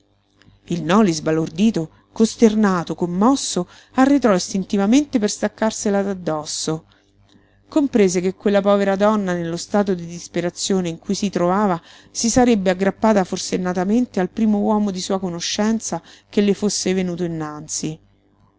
il noli sbalordito costernato commosso arretrò istintivamente per staccarsela d'addosso comprese che quella povera donna nello stato di disperazione in cui si trovava si sarebbe aggrappata forsennatamente al primo uomo di sua conoscenza che le fosse venuto innanzi